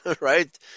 right